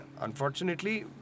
unfortunately